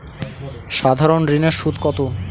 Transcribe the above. সাধারণ ঋণের সুদ কত?